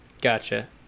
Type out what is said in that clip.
Gotcha